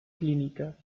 clínica